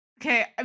Okay